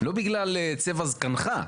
לא בגלל צבע זקנך.